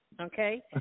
okay